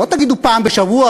לא תגידו פעם בשבוע,